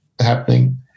happening